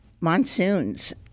monsoons